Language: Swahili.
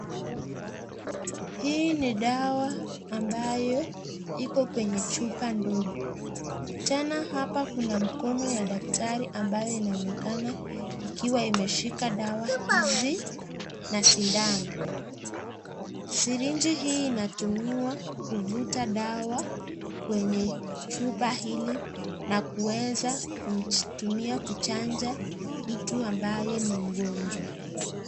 Hii ni dawa ambayo iko lqenye chupa ndogo, tena hapa kuna mkono ya daktari ambayo inaonekana ikiwa imeshika dawa hizi na sindano. Sirinji hii inatumiwa kuvuta dawa kenye chupa hili na kuweza kutumia kuchanja mtu ambaye ni mgonjwa.